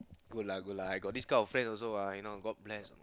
good lah good lah I got this kind of friend also ah you know god bless